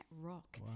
rock